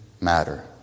matter